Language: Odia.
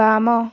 ବାମ